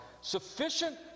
Sufficient